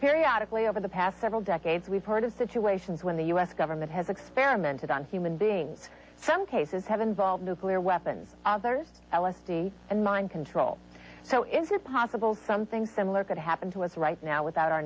periodic way over the past several decades we've heard of situations when the u s government has experimented on human beings some cases have involved nuclear weapons others l s d and mind control so is it possible something similar could happen to us right now without our